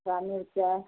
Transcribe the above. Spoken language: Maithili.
आओर मिरचाइ